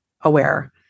aware